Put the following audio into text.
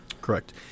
Correct